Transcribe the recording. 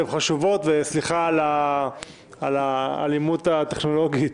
הן חשובות וסליחה על האלימות הטכנולוגית.